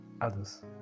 Others